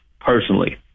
personally